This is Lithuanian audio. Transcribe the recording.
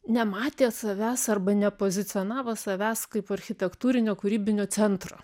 nematė savęs arba nepozicionavo savęs kaip architektūrinio kūrybinio centro